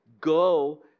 go